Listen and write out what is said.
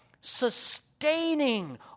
Sustaining